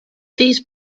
these